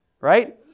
Right